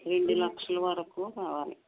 రెండు లక్షల వరకు కావాలి